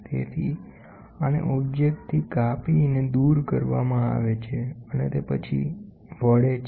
તેથી આને ઓબ્જેક્ટથી કાપીને દૂર કરવામાં આવે છેઅને તે પછી તે વળે છે